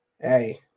hey